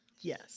Yes